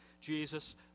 Jesus